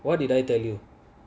why did I tell you